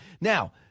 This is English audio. Now